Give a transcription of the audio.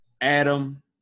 Adam